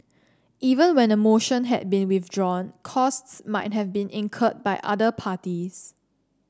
even when a motion had been withdrawn costs might have been incurred by other parties